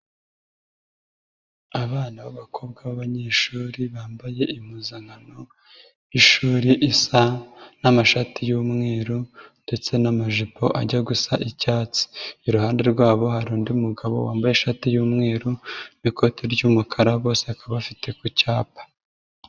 Abana b'abakobwa b'abanyeshuri bambaye impuzankano y'ishuri isa n'amashati y'umweru ndetse n'amajipo ajya gusa icyatsi, iruhande rwabo hari undi mugabo wambaye ishati y'umweru n'ikoti ry'umukara bose bakaba bafite ku cyapa.